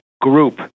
group